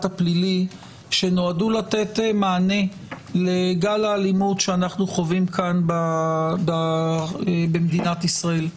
הפלילי שנועדו לתת מענה לגל האלימות שאנו חווים כאן במדינת ישראל.